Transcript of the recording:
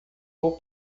vou